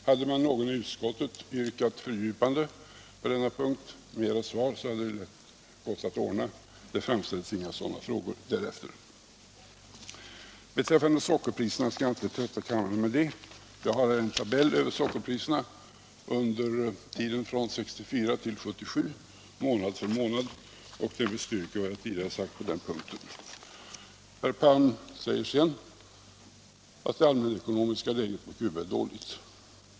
Hade någon ledamot av utskottet yrkat på fördjupande på denna punkt, skulle det ha varit möjligt att ordna, men det framställdes inga frågor efter föredragningen. Beträffande sockerpriserna skall jag inte trötta kammarens ledamöter med någon längre redogörelse. Jag har i min hand en tabell över sockerpriserna månad för månad under perioden 1964-1977, och den bestyrker vad jag tidigare sagt på den punkten. Herr Palm säger sedan att det allmänekonomiska läget på Cuba är dåligt.